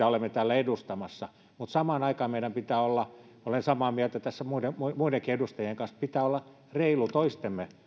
olemme täällä edustamassa mutta samaan aikaan meidän pitää olla olen samaa mieltä tässä muidenkin edustajien kanssa reiluja toistemme